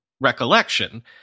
recollection